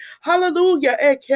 hallelujah